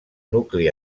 nucli